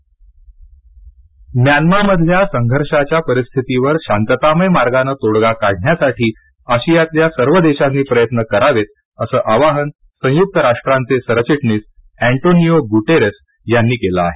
Myanmar परिस्थिती म्यानमामधल्या संघर्षाच्या परिस्थितीवर शांततामय मार्गानं तोडगा काढण्यासाठी आशियातल्या सर्व देशांनी प्रयत्न करावेत असं आवाहन संयुक राष्ट्रांचे सरघिटणीस एंटोनियो गूटेरेस यांनी केलं आहे